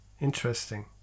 Interesting